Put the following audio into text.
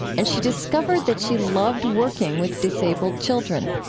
and she discovered that she loved working with disabled children.